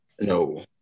no